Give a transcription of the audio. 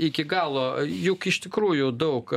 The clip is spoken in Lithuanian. iki galo juk iš tikrųjų daug